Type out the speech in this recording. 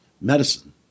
medicine